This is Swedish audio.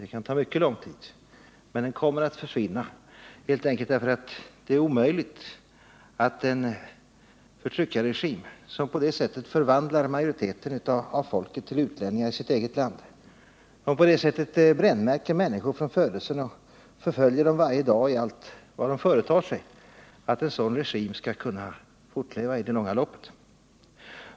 Det kan ta mycket lång tid, men den kommer att försvinna, helt enkelt därför att det är omöjligt att en förtryckarregim, som på det sättet förvandlar majoriteten av folket till utlänningar i sitt eget land och som på det sättet brännmärker människor från födelsen och förföljer dem varje dag i allt vad de företar sig, skulle kunna fortleva i det långa loppet.